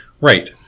Right